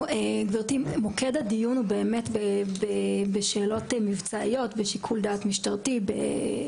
מוקד הדיון הוא באמת בשאלות מבצעיות ושיקול דעת משטרתי,